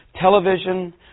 Television